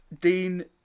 Dean